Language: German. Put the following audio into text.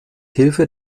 hilfe